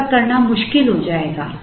ऐसा करना मुश्किल हो जाएगा